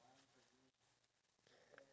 that's nice